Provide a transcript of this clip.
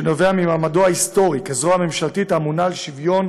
שנובע ממעמדו ההיסטורי כזרוע הממשלתית האמונה על שוויון